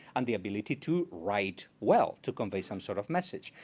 and the ability to write well to convey some sort of message.